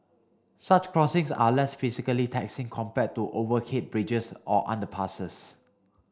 such crossings are less physically taxing compared to overhead bridges or underpasses